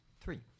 Three